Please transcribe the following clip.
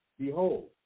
Behold